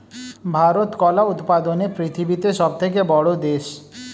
ভারত কলা উৎপাদনে পৃথিবীতে সবথেকে বড়ো দেশ